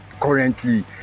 Currently